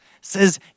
says